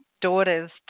daughter's